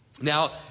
Now